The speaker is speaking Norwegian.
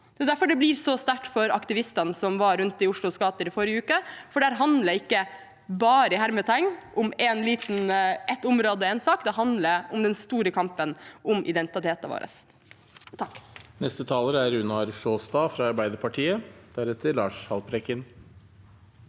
Det er derfor det blir så sterkt for aktivistene som var rundt i Oslos gater i forrige uke, for det handler ikke «bare» om ett område og én sak, det handler om den store kampen om identiteten vår. Runar